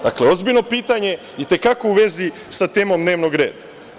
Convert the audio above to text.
Dakle, ozbiljno pitanje, i te kako u vezi sa temom dnevnog reda.